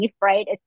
right